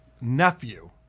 nephew